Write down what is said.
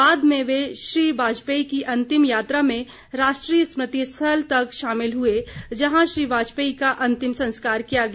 बाद में वे श्री वाजपेयी की अन्तिम यात्रा में राष्ट्रीय स्मृति स्थल तक शामिल हुए जहां श्री वाजपेयी का अन्तिम संस्कार किया गया